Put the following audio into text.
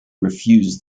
refused